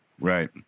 right